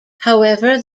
however